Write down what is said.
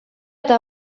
eta